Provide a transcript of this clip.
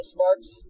Sparks